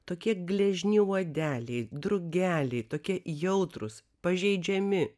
tokie gležni odelė drugeliai tokie jautrūs pažeidžiami